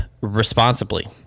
responsibly